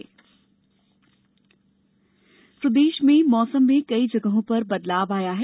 मौसम प्रदेश में मौसम में कई जगहों पर बदलाव आया है